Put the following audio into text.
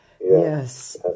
Yes